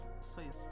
Please